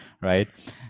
right